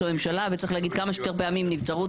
הממשלה וצריך להגיד כמה שיותר פעמים נבצרות,